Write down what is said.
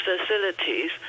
facilities